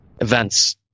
events